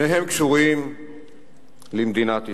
שניהם קשורים למדינת ישראל.